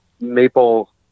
maple